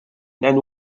then